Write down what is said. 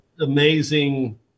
amazing